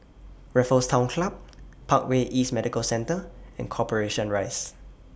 Raffles Town Club Parkway East Medical Centre and Corporation Rise